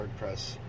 WordPress